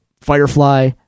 Firefly